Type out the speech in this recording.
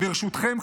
ברשותכם,